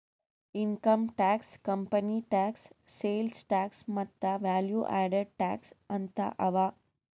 income tax, company tax, sales tax ಮತ್ತ value added tax ಅಂತ್ ಅವಾ